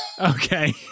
Okay